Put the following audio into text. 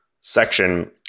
section